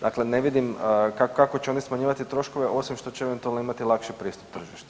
Dakle, ne vidim kako će oni smanjivati troškove osim što će eventualno imati lakši pristup tržištu.